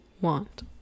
want